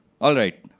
all right.